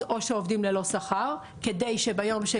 או שעובדים ללא שכר כדי שביום שיתקבלו.